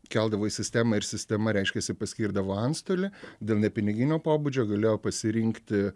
keldavo į sistemą ir sistema reiškiasi paskirdavo antstolį dėl nepiniginio pobūdžio galėjo pasirinkti